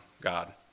God